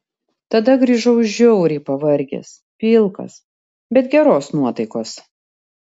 tada grįžau žiauriai pavargęs pilkas bet geros nuotaikos